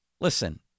listen